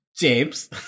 james